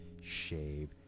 shave